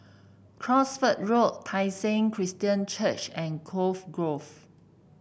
Cosford Road Tai Seng Christian Church and Cove Grove